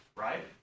Right